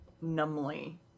numbly